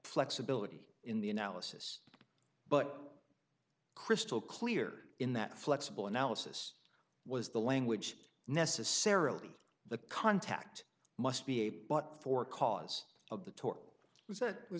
flexibility in the analysis but crystal clear in that flexible analysis was the language necessarily the contact must be a but for cause of the tort was that